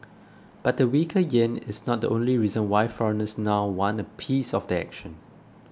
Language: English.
but weaker yen is not the only reason why foreigners now want a piece of the action